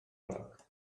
rock